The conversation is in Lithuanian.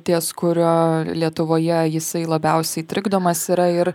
ties kuria lietuvoje jisai labiausiai trikdomas yra ir